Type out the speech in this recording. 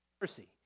mercy